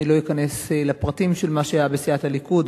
אני לא אכנס לפרטים של מה שהיה בסיעת הליכוד,